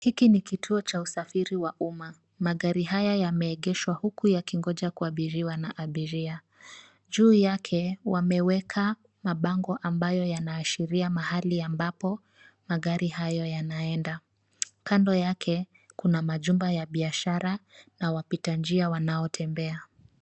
Hiki ni kituo cha usafiri wa umma. Magari haya yameegeshwa huku yakingoja kuabiriwa na abiria. Juu yake, wameweka mabango ambayo yanaashiria mahali ambapo magari hayo yanaenda. Kando yake, kuna majumba ya biashara na wapita njia wanaotembea.